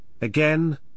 again